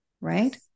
right